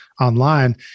online